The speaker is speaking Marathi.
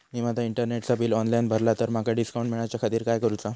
मी माजा इंटरनेटचा बिल ऑनलाइन भरला तर माका डिस्काउंट मिलाच्या खातीर काय करुचा?